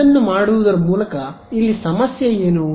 ಇದನ್ನು ಮಾಡುವುದರ ಮೂಲಕ ಇಲ್ಲಿ ಸಮಸ್ಯೆ ಏನು